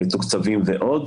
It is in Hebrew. מתוקצבים ועוד.